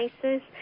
places